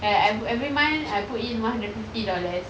like I every month I put in one hundred fifty dollars